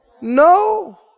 No